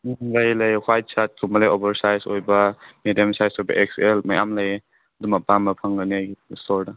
ꯎꯝ ꯎꯝ ꯂꯩꯑꯦ ꯂꯩꯑꯦ ꯋꯥꯏꯠ ꯁ꯭ꯔꯠꯀꯨꯝꯕ ꯂꯩ ꯑꯣꯚꯔ ꯁꯥꯏꯁ ꯑꯣꯏꯕ ꯃꯦꯗꯤꯌꯝ ꯁꯥꯏꯁ ꯑꯣꯏꯕ ꯑꯦꯛꯁ ꯑꯦꯜ ꯃꯌꯥꯝ ꯂꯩꯑꯦ ꯑꯗꯨꯝ ꯑꯄꯥꯝꯕ ꯐꯪꯒꯅꯤ ꯑꯩꯒꯤ ꯁ꯭ꯇꯣꯔꯗ